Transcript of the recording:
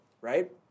right